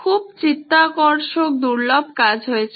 খুব চিত্তাকর্ষক দুর্লভ কাজ হয়েছে